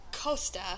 Costa